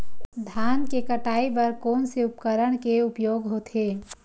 धान के कटाई बर कोन से उपकरण के उपयोग होथे?